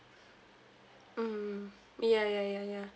mm ya ya ya ya